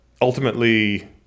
ultimately